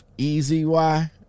E-Z-Y